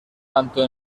tanto